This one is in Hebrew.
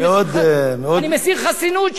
אני מסיר חסינות,